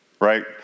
right